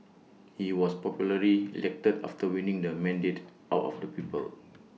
he was popularly elected after winning the mandate out of the people